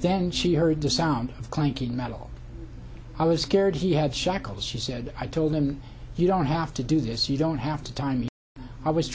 then she heard the sound of clanking metal i was scared he had shackles she said i told him you don't have to do this you don't have to tie me i was